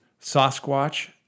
Sasquatch